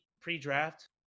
pre-draft